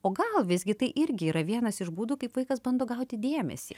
o gal visgi tai irgi yra vienas iš būdų kaip vaikas bando gauti dėmesį